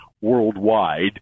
worldwide